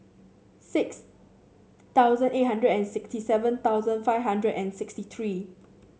six thousand eight hundred and sixty seven thousand five hundred and sixty three